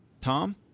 Tom